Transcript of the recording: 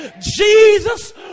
Jesus